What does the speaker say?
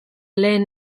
lehen